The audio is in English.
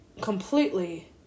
completely